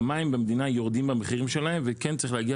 שהמחירים של המים במדינה יורדים וכן צריך להגיע